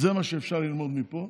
זה מה שאפשר ללמוד מפה.